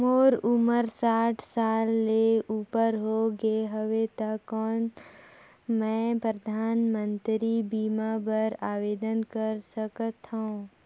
मोर उमर साठ साल ले उपर हो गे हवय त कौन मैं परधानमंतरी बीमा बर आवेदन कर सकथव?